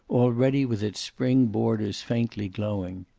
already with its spring borders faintly glowing.